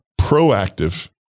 proactive